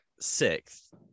sixth